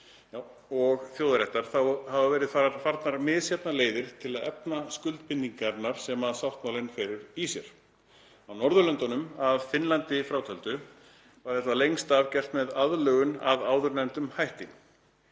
„og þjóðaréttar, hafa verið farnar misjafnar leiðir til að efna skuldbindingarnar sem sáttmálinn felur í sér. Á Norðurlöndum, að Finnlandi frátöldu, var þetta lengst af gert með aðlögun að áðurnefndum hætti.